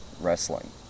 wrestling